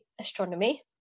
astronomy